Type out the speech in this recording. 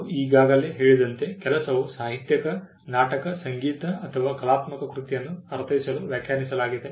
ನಾವು ಈಗಾಗಲೇ ಹೇಳಿದಂತೆ ಕೆಲಸವು ಸಾಹಿತ್ಯಕ ನಾಟಕ ಸಂಗೀತ ಅಥವಾ ಕಲಾತ್ಮಕ ಕೃತಿಯನ್ನು ಅರ್ಥೈಸಲು ವ್ಯಾಖ್ಯಾನಿಸಲಾಗಿದೆ